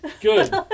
good